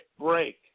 break